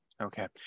Okay